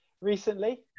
recently